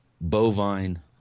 bovine